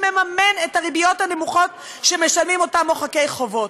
שמממן את הריביות הנמוכות שמשלמים אותם מוחקי חובות.